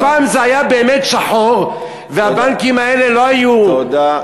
הרי פעם זה היה באמת שחור, והבנקים האלה, תודה.